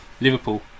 Liverpool